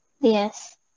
Yes